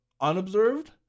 unobserved